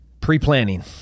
Pre-planning